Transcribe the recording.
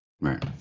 Right